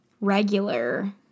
regular